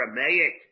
Aramaic